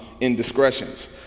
indiscretions